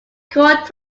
court